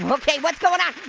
um okay, what's going ah